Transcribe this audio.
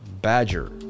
badger